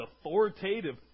authoritative